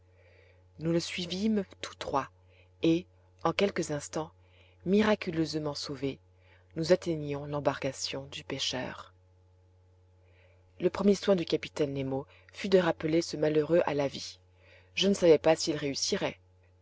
nous le suivîmes tous trois et en quelques instants miraculeusement sauvés nous atteignions l'embarcation du pêcheur le premier soin du capitaine nemo fut de rappeler ce malheureux à la vie je ne savais s'il réussirait